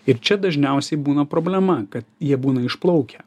ir čia dažniausiai būna problema kad jie būna išplaukę